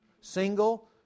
single